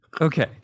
okay